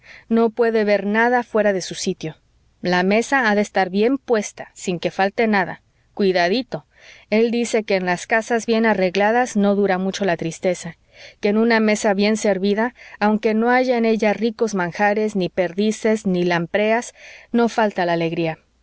no puede ver nada fuera de su sitio la mesa ha de estar bien puesta sin que falte nada cuidadito el dice que en las casas bien arregladas no dura mucho la tristeza que en una mesa bien servida aunque no haya en ella ricos manjares ni perdices ni lampreas no falta la alegría